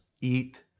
eat